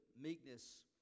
meekness